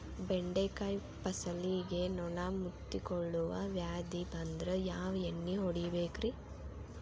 ಬೆಂಡೆಕಾಯ ಫಸಲಿಗೆ ನೊಣ ಮುತ್ತಿಕೊಳ್ಳುವ ವ್ಯಾಧಿ ಬಂದ್ರ ಯಾವ ಎಣ್ಣಿ ಹೊಡಿಯಬೇಕು?